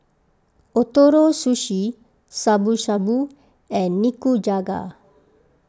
Ootoro Sushi Shabu Shabu and Nikujaga